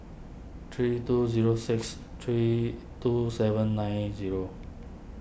three two zero six three two seven nine zero